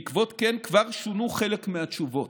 בעקבות כן כבר שונו חלק מהתשובות,